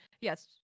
yes